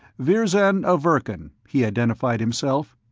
virzal of verkan, he identified himself.